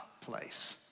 place